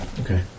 Okay